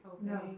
No